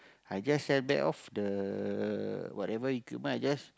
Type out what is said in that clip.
I just sell back off the whatever equipment I just